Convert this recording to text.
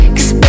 Cause